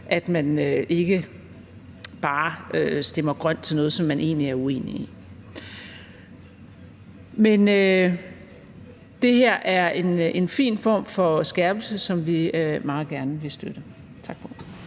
at man ikke bare stemmer grønt til noget, som man egentlig er uenig i. Det her er en fin form for skærpelse, som vi meget gerne vil støtte. Tak for